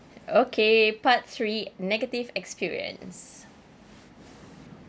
okay part three negative experience